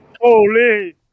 Holy